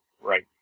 Right